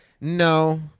No